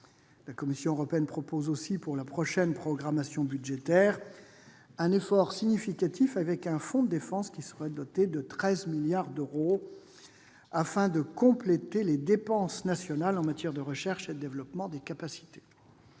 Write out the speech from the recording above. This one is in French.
La Commission européenne propose aussi, pour la prochaine programmation budgétaire, un effort significatif avec un fonds de défense doté de 13 milliards d'euros afin de compléter les dépenses nationales en matière de recherche et de développement des capacités.